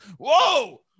Whoa